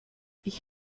ich